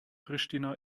pristina